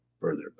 further